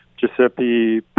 Giuseppe